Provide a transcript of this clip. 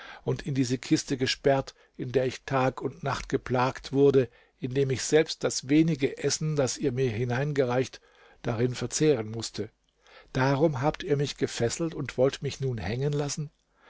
und in diese kiste gesperrt in der ich tag und nacht geplagt wurde indem ich selbst das wenige essen das ihr mir hineingereicht darin verzehren mußte darum habt ihr mich gefesselt und wollt mich nun hängen lassen